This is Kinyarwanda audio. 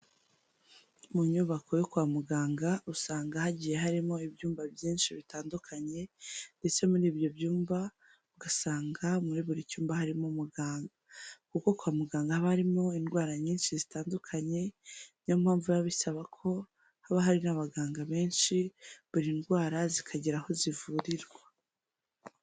Mu nyubako yo kwa muganga usanga hagiye harimo ibyumba byinshi bitandukanye ndetse muri ibyo byumba ugasanga muri buri cyumba harimo umuganga, kuko kwa muganga haba harimo indwara nyinshi zitandukanye niyo mpamvu biba bisaba ko haba hari n'abaganga benshi buri ndwara zikagera aho ivurirwa.